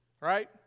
right